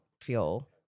feel